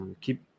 Keep